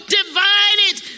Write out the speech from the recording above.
divided